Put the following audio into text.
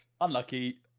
unlucky